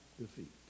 defeat